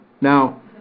now